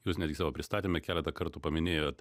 jūs netgi savo pristatyme keletą kartų paminėjot